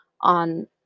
on